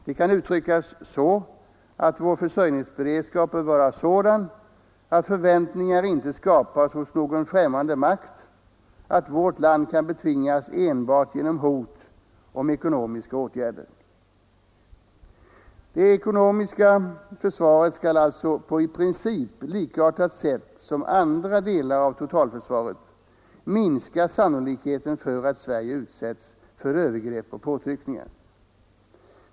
Det kan uttryckas så att vår försörjningsberedskap bör vara sådan att förväntningar inte skapas hos någon främmande makt att vårt land kan betvingas enbart genom hot om ekonomiska åtgärder. Det ekonomiska försvaret skall alltså på i princip likartat sätt som andra delar av totalförsvaret minska sannolikheten för att Sverige utsätts för övergrepp och påtryckningar.